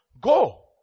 go